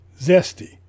zesty